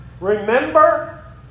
Remember